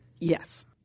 Yes